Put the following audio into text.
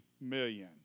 million